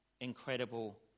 incredible